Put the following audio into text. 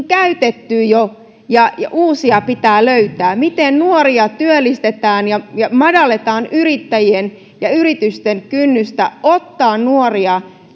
käytetty jo ja ja uusia pitää löytää miten nuoria työllistetään ja ja madalletaan yrittäjien ja yritysten kynnystä ottaa nuoria